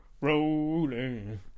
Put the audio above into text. rolling